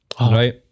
right